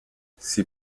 sie